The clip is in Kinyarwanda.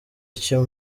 icyo